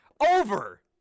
over